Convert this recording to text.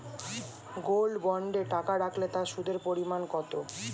Gold বন্ডে টাকা রাখলে তা সুদের পরিমাণ কত?